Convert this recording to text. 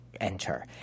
enter